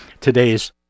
today's